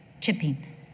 chipping